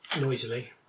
noisily